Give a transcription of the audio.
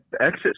exit